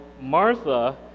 Martha